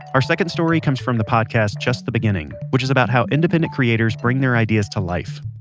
our second story comes from the podcast just the beginning, which is about how independent creators bring their ideas to life.